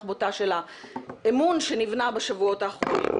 בוטה של האמון שנבנה בשבועות האחרונים.